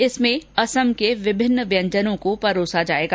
इसमें असम के विभिन्न व्यंजनों को परोसा जाएगा